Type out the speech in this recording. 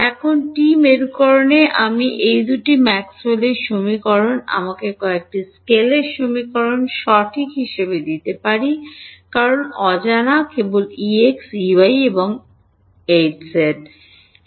এখন টি মেরুকরণে আমি এই দুটি ম্যাক্সওয়েলের Maxwell'sসমীকরণগুলি আমাকে কয়েকটি স্কেলারের সমীকরণ সঠিক হিসাবে দিতে পারি কারণ অজানা কেবল Ex Ey এবং Hz